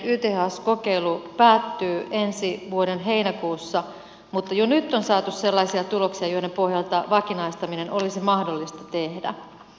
tämänhetkinen yths kokeilu päättyy ensi vuoden heinäkuussa mutta jo nyt on saatu sellaisia tuloksia joiden pohjalta vakinaistaminen olisi mahdollista tehdä